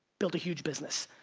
built a huge business.